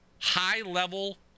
high-level